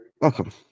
Welcome